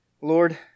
Lord